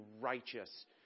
righteous